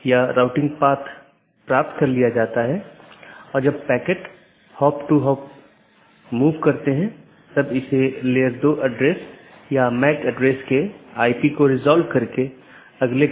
और एक autonomous system एक ही संगठन या अन्य सार्वजनिक या निजी संगठन द्वारा प्रबंधित अन्य ऑटॉनमस सिस्टम से भी कनेक्ट कर सकती है